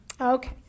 Okay